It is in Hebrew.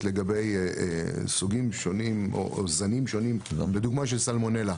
לגבי סוגים שונים או זנים שונים בדוגמה של סלמונלה,